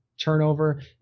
turnover